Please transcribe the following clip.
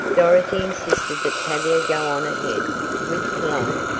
dorothy insisted that tavia go on ahead with cologne,